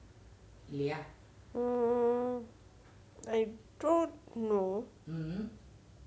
mm I don't know